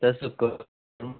तसो कर